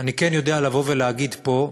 אני כן יודע להגיד פה,